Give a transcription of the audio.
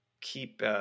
keep